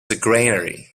granary